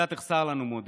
אתה תחסר לנו, מודי.